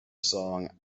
song